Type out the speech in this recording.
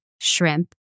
shrimp